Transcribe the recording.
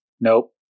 Nope